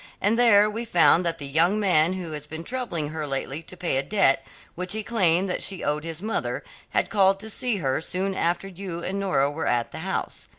and there we found that the young man who has been troubling her lately to pay a debt which he claimed that she owed his mother had called to see her soon after you and nora were at the house.